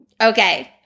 Okay